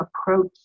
approach